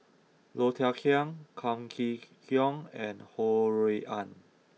Low Thia Khiang Kam Kee Yong and Ho Rui An